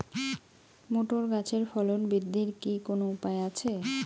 Motor গাছের ফলন বৃদ্ধির কি কোনো উপায় আছে?